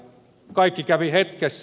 kaikki kävi hetkessä